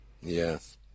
Yes